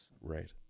Right